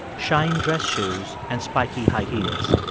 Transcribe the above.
shined dress shoes and spiky high heels.